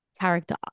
character